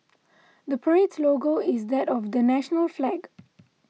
the parade's logo is that of the national flag